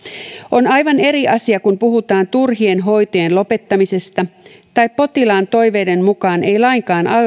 on aivan eri asia kun puhutaan turhien hoitojen lopettamisesta tai potilaan toiveiden mukaan ei lainkaan